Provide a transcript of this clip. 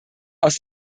aus